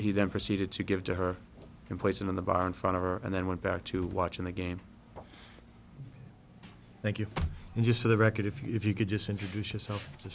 he then proceeded to give to her in place in the bar in front of her and then went back to watching the game thank you and just for the record if you could just introduce yourself